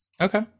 Okay